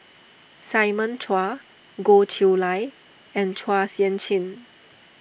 Simon Chua Goh Chiew Lye and Chua Sian Chin